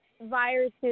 viruses